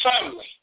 family